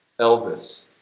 elvis,